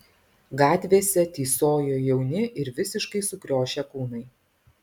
gatvėse tysojo jauni ir visiškai sukriošę kūnai